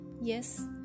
Yes